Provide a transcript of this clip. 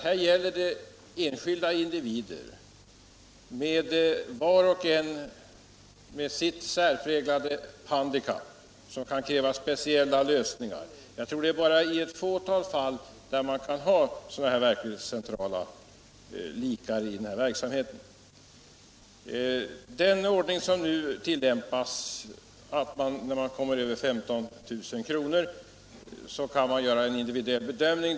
Här gäller det enskilda individer, var och en med sitt särpräglade handikapp, som kan kräva speciella lösningar. Jag tror att det bara är i ett fåtal fall som man kan ha sådana centrala likare i den här verksamheten. Med den ordning som nu tillämpas över 15 000-kronorsgränsen kan man göra en individuell bedömning.